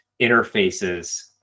interfaces